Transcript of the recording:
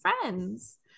friends